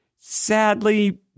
sadly